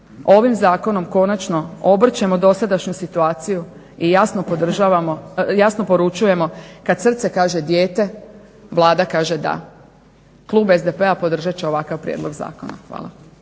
ovim zakonom konačno obrćemo dosadašnju situaciju i jasno poručujemo kada srce kaže dijete vlada kaže da. Klub SDP-a podržat će ovakav prijedlog zakona. Hvala.